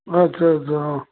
ଆଚ୍ଛା ଆଚ୍ଛା ହଁ